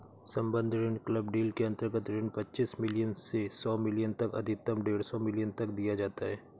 सम्बद्ध ऋण club deal के अंतर्गत ऋण पच्चीस मिलियन से सौ मिलियन तक अधिकतम डेढ़ सौ मिलियन तक दिया जाता है